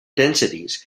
densities